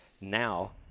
Now